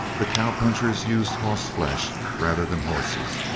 the cowpunchers used hoss-flesh rather than horses,